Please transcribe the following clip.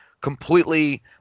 completely